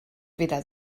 weder